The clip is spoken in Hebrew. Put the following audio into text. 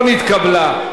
אם כן, הצעת החוק לא נתקבלה.